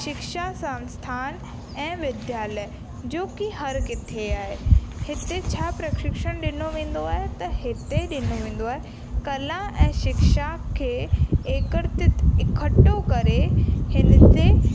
शिक्षा संस्थान ऐं विद्याल्य जोकी हर किथे आहे हिते छा प्रक्षिशण ॾिनो वेंदो आहे त हिते ॾिनो वेंदो आहे कला ऐं शिक्षा खे एकत्रित इकठ्ठो करे हिन ते